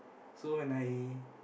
so when I